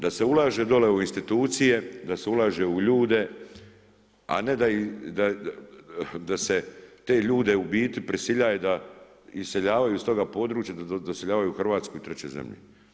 Da se ulaže dole u institucije, da se ulaže u ljude, a ne da se te ljude u biti prisiljava da iseljavaju iz toga područja da doseljavaju u Hrvatsku i treće zemlje.